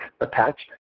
attached